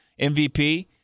MVP